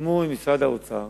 חתמו עם משרד האוצר